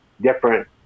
different